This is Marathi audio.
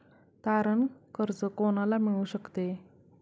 तारण कर्ज कोणाला मिळू शकते?